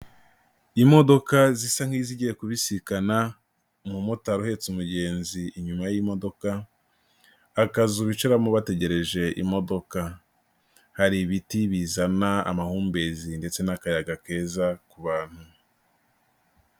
Imodoka zisa nk'izigiye kubisikana, umumotari uhetse umugenzi inyuma y'imodoka, akazu bicaramo bategereje imodoka, hari ibiti bizana amahumbezi ndetse n'akayaga keza ku bantu.